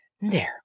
There